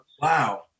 wow